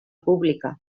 pública